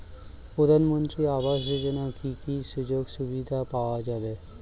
প্রধানমন্ত্রী আবাস যোজনা কি কি সুযোগ সুবিধা পাওয়া যাবে?